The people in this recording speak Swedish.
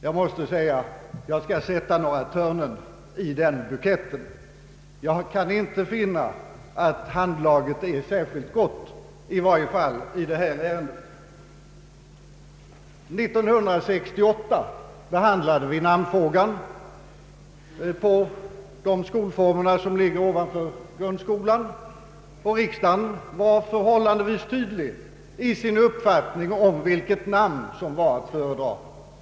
Jag måste be att få sätta några törnen i den buketten. Jag kan inte finna att handlaget är särskilt gott, i varje fall inte i detta ärende. År 1968 behandlade vi namnfrågan för de skolformer som ligger ovanför grundskolan, och riksdagen var förhållandevis tydlig i sin uppfattning om vilket namn som var att föredra.